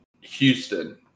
Houston